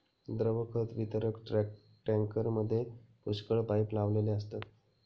द्रव खत वितरक टँकरमध्ये पुष्कळ पाइप लावलेले असतात